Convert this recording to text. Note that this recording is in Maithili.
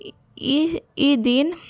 ई दिन